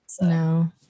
No